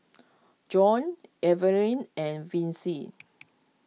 Joann Eveline and Vicy